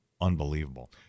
unbelievable